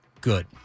good